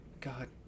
God